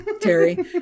Terry